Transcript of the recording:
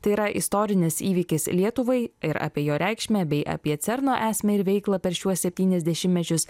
tai yra istorinis įvykis lietuvai ir apie jo reikšmę bei apie cerno esmę ir veiklą per šiuos septynis dešimtmečius